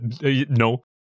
No